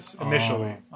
initially